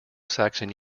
saxon